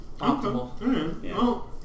optimal